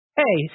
hey